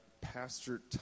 Pastor